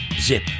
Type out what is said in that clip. zip